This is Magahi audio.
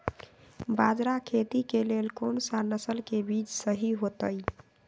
बाजरा खेती के लेल कोन सा नसल के बीज सही होतइ?